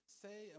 say